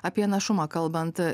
apie našumą kalbant